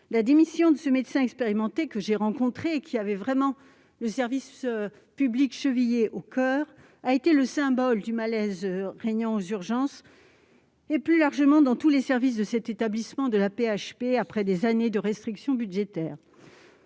La démission de ce médecin expérimenté, que j'ai rencontré et qui avait véritablement le service public chevillé au coeur, a été le symbole du malaise régnant aux urgences et, plus largement, dans tous les services de cet établissement de l'Assistance publique-Hôpitaux de Paris